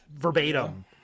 verbatim